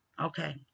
Okay